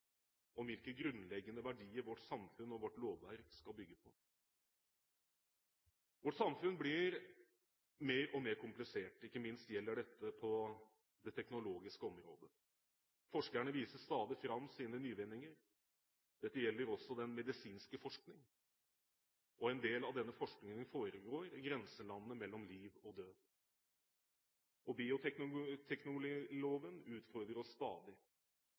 hvilke grunnleggende verdier vårt samfunn og vårt lovverk skal bygge på. Vårt samfunn blir mer og mer komplisert. Ikke minst gjelder dette på det teknologiske området. Forskerne viser stadig fram sine nyvinninger. Dette gjelder også den medisinske forskningen, og en del av denne forskningen foregår i grenselandet mellom liv og død. Bioteknologiloven utfordrer oss stadig.